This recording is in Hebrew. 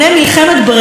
חברות וחברים,